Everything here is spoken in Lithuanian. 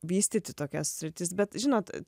vystyti tokias sritis bet žinot